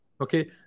okay